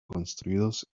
construidos